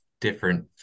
different